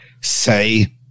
say